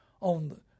on